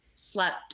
slept